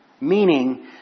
Meaning